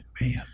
man